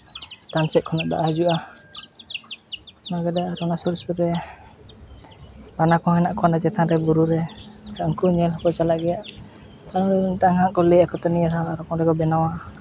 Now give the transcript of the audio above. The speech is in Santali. ᱪᱮᱛᱟᱱ ᱥᱮᱫ ᱠᱷᱚᱱᱟᱜ ᱫᱟᱜ ᱦᱤᱡᱩᱜᱼᱟ ᱚᱱᱟᱜᱮ ᱫᱟᱜ ᱚᱱᱟ ᱥᱩᱨ ᱥᱩᱨᱮ ᱵᱟᱱᱟ ᱠᱚᱦᱚᱸ ᱦᱮᱱᱟᱜ ᱠᱚᱣᱟ ᱚᱱᱟ ᱵᱩᱨᱩ ᱨᱮ ᱩᱱᱠᱩ ᱧᱮᱞ ᱦᱚᱸᱠᱚ ᱪᱟᱞᱟᱜ ᱜᱮᱭᱟ ᱩᱱᱨᱮ ᱢᱤᱫᱴᱟᱝ ᱦᱟᱸᱜ ᱠᱚ ᱞᱟᱹᱭᱟᱫ ᱠᱚ ᱛᱟᱦᱮᱱ ᱱᱤᱭᱟᱹ ᱫᱷᱟᱣ ᱟᱨ ᱦᱚᱸᱠᱚ ᱵᱮᱱᱟᱣᱟ